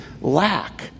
lack